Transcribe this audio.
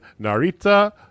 Narita